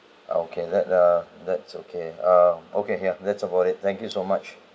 okay let uh that's okay uh okay here that's about it thank you so much